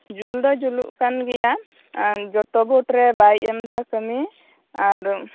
ᱡᱩᱞ ᱫᱚ ᱡᱩᱞᱩᱜ ᱠᱟᱱ ᱜᱮᱭᱟ ᱟᱨ ᱡᱚᱛᱚ ᱵᱳᱨᱰ ᱨᱮ ᱵᱟᱭ ᱮᱢ ᱮᱫᱟ ᱠᱟᱢᱤ ᱟᱨ